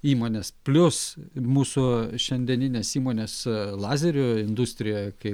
įmones plius mūsų šiandieninės įmonės lazerių industrija kaip